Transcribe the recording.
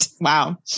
Wow